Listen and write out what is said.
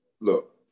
look